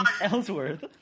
Ellsworth